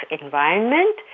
environment